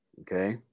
okay